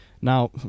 Now